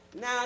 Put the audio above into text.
Now